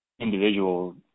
individual